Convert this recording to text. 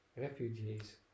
refugees